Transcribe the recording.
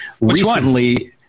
recently